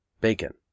BACON